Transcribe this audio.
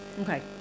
Okay